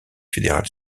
fédéral